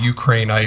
Ukraine